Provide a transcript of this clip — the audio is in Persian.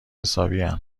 حسابین